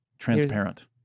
transparent